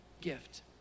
gift